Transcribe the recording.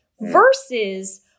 versus